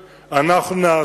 אנחנו מתכוונים לזה,